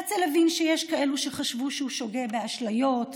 הרצל הבין שיש כאלה שחשבו שהוא שוגה באשליות,